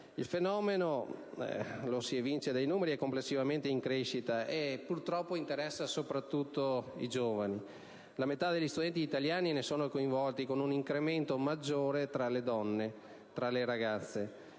Il fenomeno, lo si evince dai numeri, è complessivamente in crescita e purtroppo interessa soprattutto i giovani. La metà degli studenti italiani ne sono coinvolti con un incremento maggiore tra le ragazze.